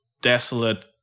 desolate